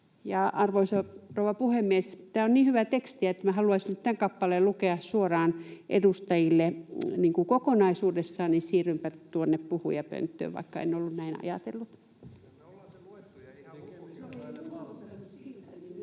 Arvoisa rouva puhemies! Tämä on niin hyvä teksti, että minä haluaisin tämän kappaleen lukea suoraan edustajille kokonaisuudessaan, joten siirrynpä tuonne puhujapönttöön, vaikka en ollut näin ajatellut. [Antti